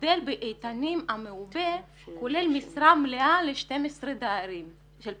המודל המעובה באיתנים כולל משרה מלאה של פארא-רפואי ל-12 דיירים.